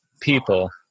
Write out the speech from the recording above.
people –